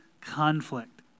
conflict